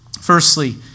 Firstly